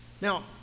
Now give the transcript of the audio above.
Now